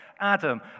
Adam